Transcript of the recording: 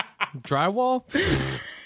Drywall